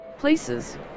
Places